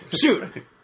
Shoot